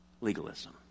legalism